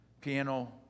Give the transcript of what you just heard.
piano